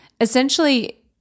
essentially